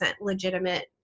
legitimate